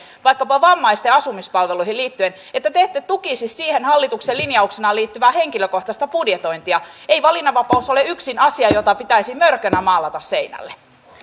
vaikkapa vammaisten asumispalveluihin liittyen että te ette tukisi siihen hallituksen linjauksena liittyvää henkilökohtaista budjetointia ei valinnanvapaus ole yksin sellainen asia jota pitäisi mörkönä maalata seinälle